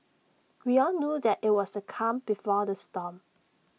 we all knew that IT was the calm before the storm